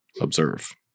observe